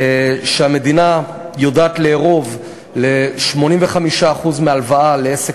שהמדינה יודעת לערוב ל-85% מהלוואה לעסק